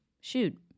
Shoot